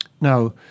Now